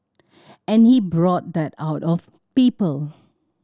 and he brought that out of people